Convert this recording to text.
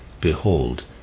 Behold